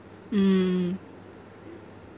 mm